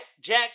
Jack